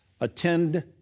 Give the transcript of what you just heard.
attend